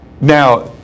Now